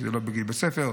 שזה לא בגיל בית ספר,